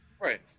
right